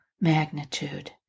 magnitude